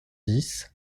dix